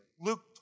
Luke